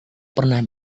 pernah